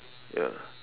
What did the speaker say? ya